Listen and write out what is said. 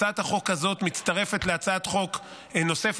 הצעת החוק הזאת מצטרפת להצעת חוק נוספת,